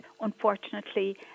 unfortunately